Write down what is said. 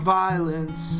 violence